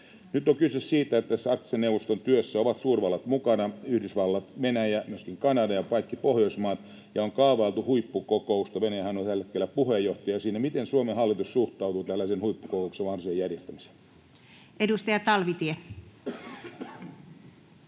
Nyt on kyse siitä, että tässä Arktisen neuvoston työssä ovat mukana suurvallat, Yhdysvallat, Venäjä, myöskin Kanada ja kaikki Pohjoismaat, ja on kaavailtu huippukokousta. Venäjähän on tällä hetkellä puheenjohtaja siinä. Miten Suomen hallitus suhtautuu tällaisen huippukokouksen mahdolliseen järjestämiseen? Edustaja Talvitie.